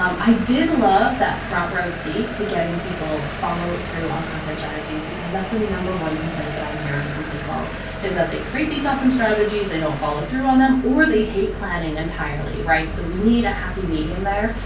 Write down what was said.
um i did love that front row. to getting people follow through on content strategies, because that's the number one complaint that i'm hearing from people is that they create these awesome strategies. they don't follow through on them or they hate planning entirely, right? so we need a happy medium there.